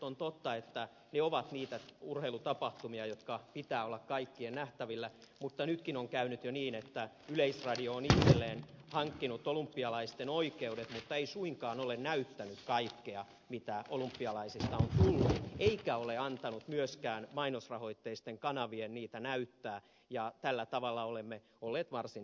on totta että ne ovat niitä urheilutapahtumia joiden pitää olla kaikkien nähtävillä mutta nytkin on käynyt jo niin että yleisradio on itselleen hankkinut olympialaisten oikeudet mutta ei suinkaan ole näyttänyt kaikkea mitä olympialaisista on tullut eikä ole antanut myöskään mainosrahoitteisten kanavien niitä näyttää ja tällä tavalla olemme olleet varsin erikoisessa tilanteessa